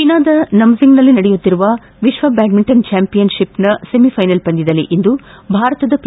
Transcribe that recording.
ಚ್ಲೆನಾದ ನಂಜಿಂಗ್ನಲ್ಲಿ ನಡೆಯುತ್ತಿರುವ ವಿಶ್ವ ಬ್ಲಾಡ್ಮಿಂಟನ್ ಚಾಂಪಿಯನ್ ಶಿಪ್ನ ಸೆಮಿಫ್ಲೆನಲ್ ಪಂದ್ಯದಲ್ಲಿ ಇಂದು ಭಾರತದ ಪಿ